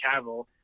Cavill